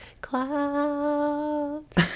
clouds